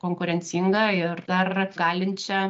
konkurencinga ir dar galinčia